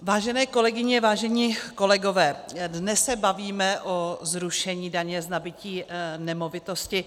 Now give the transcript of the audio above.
Vážené kolegyně, vážení kolegové, dnes se bavíme o zrušení daně z nabytí nemovitosti.